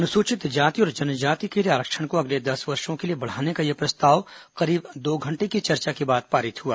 अनुसूचित जाति और जनजाति के लिए आरक्षण को अगले दस वर्षों के लिए बढ़ाने का यह प्रस्ताव करीब दो घंटे की चर्चा के बाद पारित हुआ